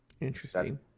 interesting